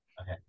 okay